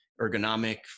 Ergonomic